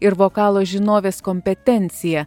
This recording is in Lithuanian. ir vokalo žinovės kompetencija